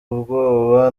ubwoba